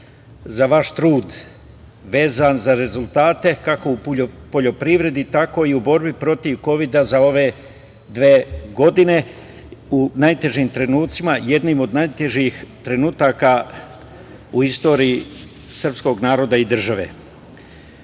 za vaš trud vezan za rezultate kako u poljoprivredi, tako i u borbi protiv kovida za ove dve godine u najtežim trenucima, jednim od najtežih trenutaka u istoriji srpskog naroda i